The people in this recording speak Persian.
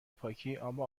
پاکی، اب